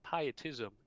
Pietism